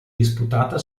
disputata